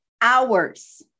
hours